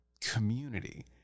community